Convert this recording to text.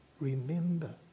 remember